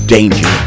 Danger